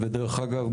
ודרך אגב,